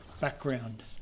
Background